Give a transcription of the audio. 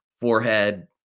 forehead